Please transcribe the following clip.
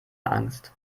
angst